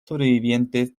sobrevivientes